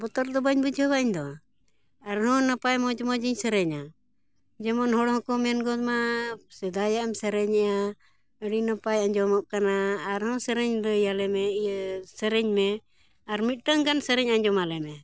ᱵᱚᱛᱚᱨ ᱫᱚ ᱵᱟᱹᱧ ᱵᱩᱡᱷᱟᱹᱣᱟ ᱤᱧᱫᱚ ᱟᱨᱦᱚᱸ ᱱᱟᱯᱟᱭ ᱢᱚᱡᱽ ᱢᱚᱡᱽ ᱤᱧ ᱥᱮᱨᱮᱧᱟ ᱡᱮᱢᱚᱱ ᱦᱚᱲ ᱦᱚᱸᱠᱚ ᱢᱮᱱ ᱜᱚᱫᱢᱟ ᱥᱮᱫᱟᱭᱟᱜ ᱮᱢ ᱥᱮᱨᱮᱧᱮᱜᱼᱟ ᱟᱹᱰᱤ ᱱᱟᱯᱟᱭ ᱟᱸᱡᱚᱢᱚᱜ ᱠᱟᱱᱟ ᱟᱨᱦᱚᱸ ᱥᱮᱨᱮᱧ ᱞᱟᱹᱭᱟᱞᱮᱢᱮ ᱤᱭᱟᱹ ᱥᱮᱨᱮᱧᱼᱢᱮ ᱟᱨ ᱢᱤᱫᱴᱟᱝ ᱜᱟᱱ ᱥᱮᱨᱮᱧ ᱟᱸᱡᱚᱢᱟᱞᱮᱢᱮ